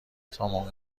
سامان